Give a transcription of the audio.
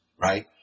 right